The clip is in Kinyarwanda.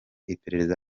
iperereza